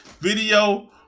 video